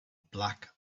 black